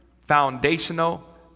foundational